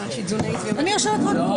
לא.